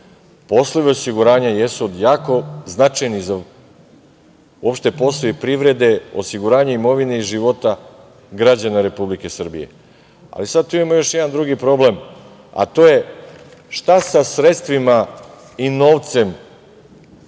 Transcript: Poslovi osiguranja jesu jako značajni za poslove privrede, osiguranje imovine i života građana Republike Srbije. Ali, sad tu ima još jedan drugi problem, a to je šta sa sredstvima i novcem